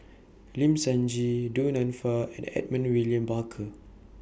Lim Sun Gee Du Nanfa and Edmund William Barker